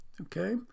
okay